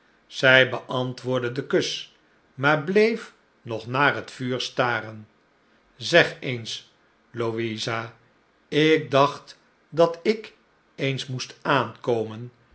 zij beantwoordde den kus maar bleef nog naar het vuur staren zeg eens louisa ik dacht dat ik eens moest aankomen